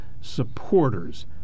supporters